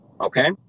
Okay